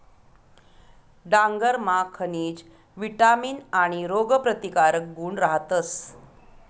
डांगरमा खनिज, विटामीन आणि रोगप्रतिकारक गुण रहातस